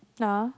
lah